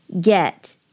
get